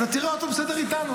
ואתה תראה אותו בסדר איתנו.